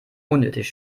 unnötig